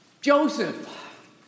Joseph